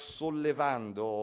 sollevando